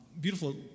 beautiful